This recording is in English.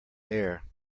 air